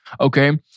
Okay